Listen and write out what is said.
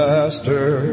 Master